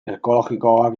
ekologikoagoak